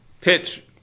pitch